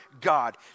God